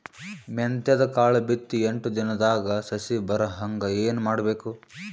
ಮೆಂತ್ಯದ ಕಾಳು ಬಿತ್ತಿ ಎಂಟು ದಿನದಾಗ ಸಸಿ ಬರಹಂಗ ಏನ ಮಾಡಬೇಕು?